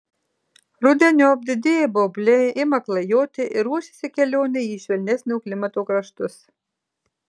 rudeniop didieji baubliai ima klajoti ir ruošiasi kelionei į švelnesnio klimato kraštus